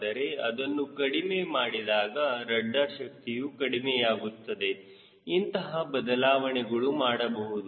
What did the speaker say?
ಆದರೆ ಅದನ್ನು ಕಡಿಮೆ ಮಾಡಿದಾಗ ರಡ್ಡರ್ ಶಕ್ತಿಯು ಕಡಿಮೆಯಾಗುತ್ತದೆ ಇಂತಹ ಬದಲಾವಣೆಗಳು ಮಾಡಬಹುದು